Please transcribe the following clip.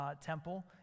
temple